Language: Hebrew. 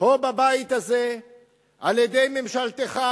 פה בבית הזה על-ידי ממשלתך,